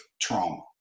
trauma